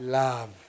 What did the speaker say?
love